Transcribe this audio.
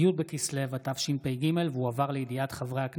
י"א בכסלו התשפ"ג (5 בדצמבר 2022) ירושלים,